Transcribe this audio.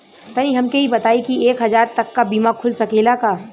तनि हमके इ बताईं की एक हजार तक क बीमा खुल सकेला का?